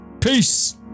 Peace